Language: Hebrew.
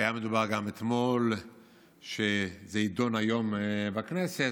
ודובר גם אתמול שזה יידון היום בכנסת.